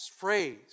phrase